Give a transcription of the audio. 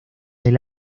del